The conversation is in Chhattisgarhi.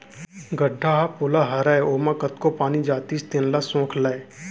गड्ढ़ा ह पोला रहय त ओमा कतको पानी जातिस तेन ल सोख लय